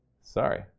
Sorry